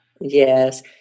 Yes